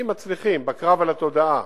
אם מצליחים בקרב על התודעה